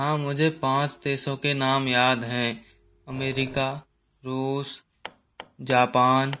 हाँ मुझे पाँच देशों के नाम याद हैं अमेरिका रूस जापान